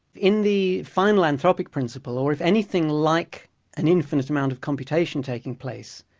in the final anthropic principle or if anything like an infinite amount of computation taking place